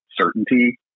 certainty